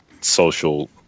social